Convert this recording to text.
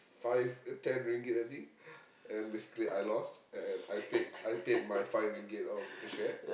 five ten ringgit I think and basically I lost and I paid I paid my five ringgit out of the share